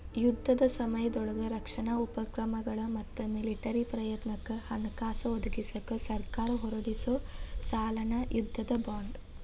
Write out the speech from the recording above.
ಯುದ್ಧದ ಸಮಯದೊಳಗ ರಕ್ಷಣಾ ಉಪಕ್ರಮಗಳ ಮತ್ತ ಮಿಲಿಟರಿ ಪ್ರಯತ್ನಕ್ಕ ಹಣಕಾಸ ಒದಗಿಸಕ ಸರ್ಕಾರ ಹೊರಡಿಸೊ ಸಾಲನ ಯುದ್ಧದ ಬಾಂಡ್